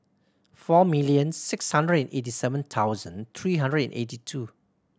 four million six hundred and eighty seven thousand three hundred and eighty two